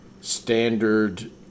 standard